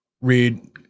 read